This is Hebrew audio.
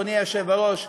אדוני היושב-ראש,